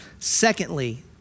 Secondly